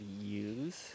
use